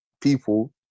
people